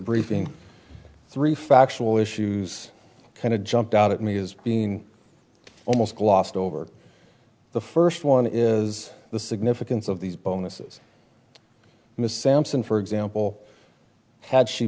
briefing three factual issues kind of jumped out at me as being almost glossed over the first one is the significance of these bonuses mr sampson for example had she